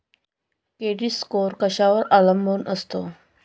Credit score कशावर अवलंबून असतो?